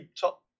top